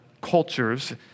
cultures